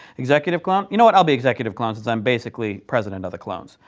executive clone, you know, i'll be executive clone because i'm basically president of the clones.